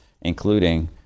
including